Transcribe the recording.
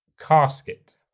casket